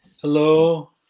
Hello